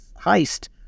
heist